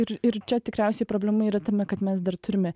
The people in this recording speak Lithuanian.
ir ir čia tikriausiai problema yra tame kad mes dar turime